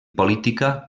política